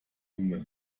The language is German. unter